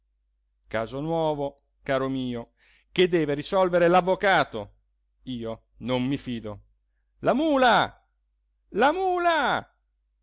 caso nuovo caro mio che deve risolvere l'avvocato io non mi fido la mula la mula